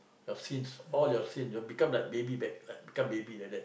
your sins all your sins your become like baby become baby like that